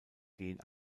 gehen